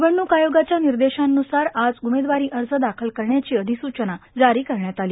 निवडणूक आयोगाच्या निर्देशावूसार आज उमेदवारी अर्ज दाखल करण्याची अधिसुचना जारी करण्यात आली